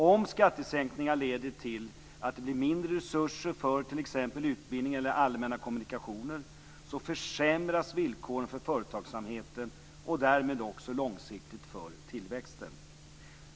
Om skattesänkningar leder till att det blir mindre resurser för t.ex. utbildning eller allmänna kommunikationer försämras villkoren för företagsamheten och därmed också långsiktigt för tillväxten.